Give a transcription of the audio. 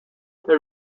they